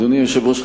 אדוני היושב-ראש,